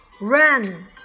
run